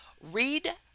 read